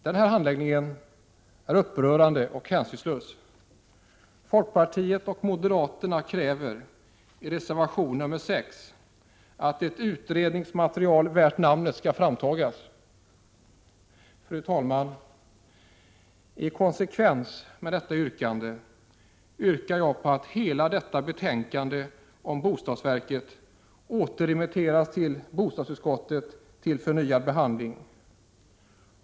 Den här handläggningen är upprörande och hänsynslös. Folkpartiet och moderaterna kräver i reservation 6 att ett utredningsmaterial värt namnet skall framtagas. Fru talman! I konsekvens med detta yrkar jag på att hela detta betänkande om bostadsverket återremitteras till bostadsutskottet för förnyad behandling.